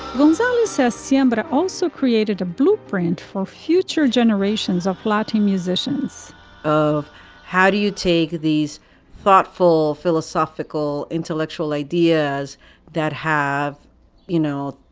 gonzalez says sam but i also created a blueprint for future generations of latin musicians of how do you take these thoughtful philosophical intellectual ideas that have you know